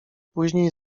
później